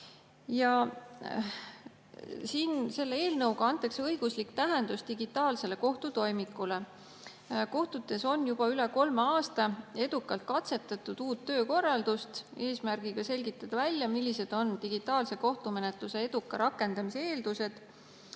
on 723. Selle eelnõuga antakse õiguslik tähendus digitaalsele kohtutoimikule. Kohtutes on juba üle kolme aasta edukalt katsetatud uut töökorraldust, eesmärgiga selgitada välja, millised on digitaalse kohtumenetluse eduka rakendamise eeldused.